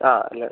ആ അല്ല